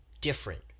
different